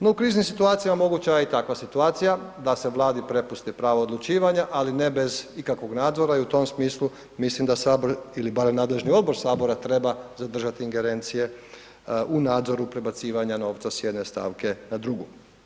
No, u kriznim situacijama moguća je i takva situacija da se Vladi prepusti pravo odlučivanja, ali ne bez ikakvog nadzora i u tom smislu mislim da sabor ili barem nadležni odbor sabora treba zadržati ingerencije u nadzoru prebacivanja novca s jedne stavke na drugu.